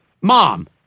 Mom